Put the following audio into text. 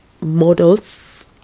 models